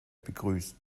begrüßt